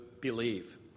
believe